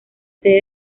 sede